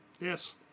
Yes